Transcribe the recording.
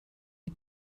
die